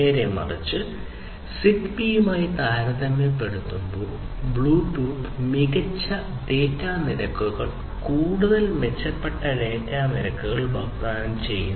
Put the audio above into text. നേരെമറിച്ച് സിഗ്ബിയുമായി താരതമ്യപ്പെടുത്തുമ്പോൾ ബ്ലൂടൂത്ത് മികച്ച ഡാറ്റ നിരക്കുകൾ കൂടുതൽ മെച്ചപ്പെട്ട ഡാറ്റ നിരക്കുകൾ വാഗ്ദാനം ചെയ്യുന്നു